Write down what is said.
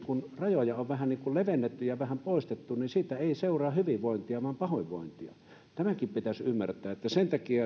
kun rajoja on vähän levennetty ja vähän poistettu siitä ei meidän nuorille ja monille muillekaan seuraa hyvinvointia vaan pahoinvointia tämäkin pitäisi ymmärtää sen takia